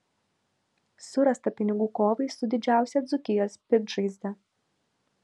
surasta pinigų kovai su didžiausia dzūkijos piktžaizde